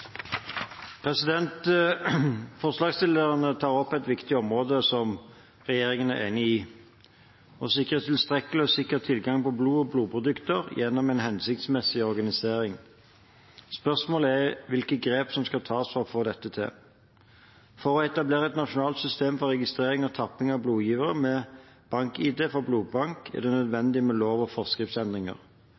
president. Da vil jeg ta opp, på vegne av Venstre, de forslagene vi fremmer sammen med andre eller alene. Representanten Ketil Kjenseth har tatt opp de forslagene han refererte til. Forslagsstillerne tar opp et viktig område som regjeringen er enig i: å sikre tilstrekkelig og sikker tilgang på blod og blodprodukter gjennom en hensiktsmessig organisering. Spørsmålet er hvilke grep som skal tas for å få dette til. For å etablere et